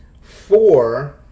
Four